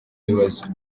ibibazo